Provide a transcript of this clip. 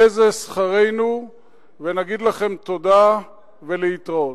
יהיה זה שכרנו ונגיד לכם תודה ולהתראות.